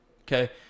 Okay